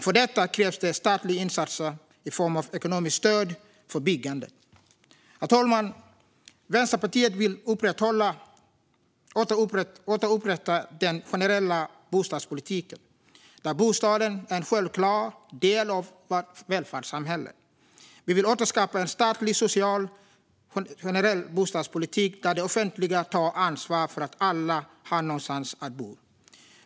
För detta krävs statliga insatser i form av ekonomiskt stöd för byggande. Herr talman! Vänsterpartiet vill återupprätta den generella bostadspolitiken, där bostaden är en självklar del av vårt välfärdssamhälle. Vi vill återskapa en statlig social, generell bostadspolitik där det offentliga tar ansvar för att alla har någonstans att bo.